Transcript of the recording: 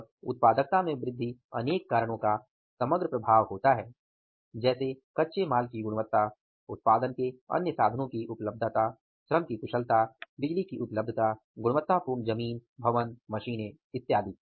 और उत्पादकता में वृद्धि अनेक कारणों का समग्र प्रभाव होता है जैसे कच्चे माल की गुणवत्ता उत्पादन के अन्य साधनो की उपलब्धता श्रम की कुशलता बिजली की उपलब्धता गुणवत्तापूर्ण जमीन भवन मशीने इत्यादि